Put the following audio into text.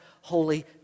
holy